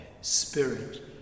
Spirit